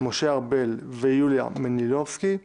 משה ארבל ויוליה מלינובסקי,